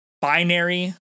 binary